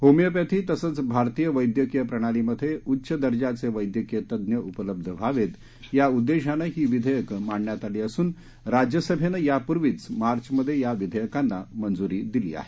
homeopathy तसंच भारतीय वद्धक्रीय प्रणालीमध्ये उच्च दर्जाचे वद्धक्रीय तज्ज्ञ उपलब्ध व्हावेत या उद्देशानं ही विधेयक मांडण्यात आली असून राज्यसभेनं यापूर्वीच मार्चमध्ये या विधेयकांना मंजुरी दिली आहे